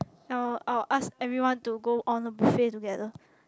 I'll I'll ask everyone to go on a buffet together